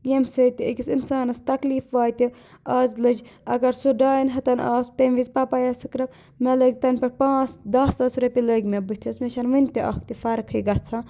یمہِ سۭتۍ أکِس اِنسانَس تکلیٖف واتہِ آز لٔج اَگَر سُہ ڈاین ہَتَن آو تَمہِ وِزِ پَپایا سٕکرب مےٚ لٲگۍ تَمہِ پَتہٕ پانٛژھ دَہ ساس رۄپیہِ لٔگۍ مےٚ بٕتھِس مےٚ چھےٚ نہٕ وٕنہِ تہِ اَکھ تہِ فرقٕے گژھان